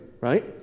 right